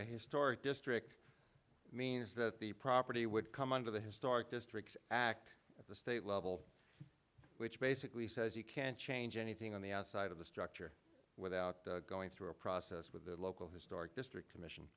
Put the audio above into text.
a historic district means that the property would come under the historic district act at the state level which basically says you can't change anything on the outside of the structure without going through a process with the local historic district